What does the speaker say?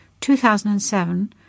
2007